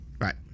right